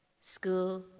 school